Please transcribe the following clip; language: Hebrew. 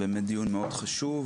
באמת דיון מאוד חשוב,